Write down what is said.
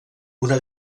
una